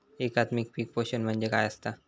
एकात्मिक पीक पोषण म्हणजे काय असतां?